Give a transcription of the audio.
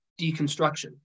deconstruction